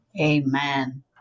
Amen